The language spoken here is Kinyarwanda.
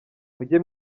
mujye